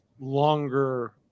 longer